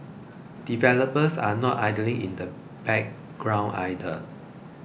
developers are not idling in the background either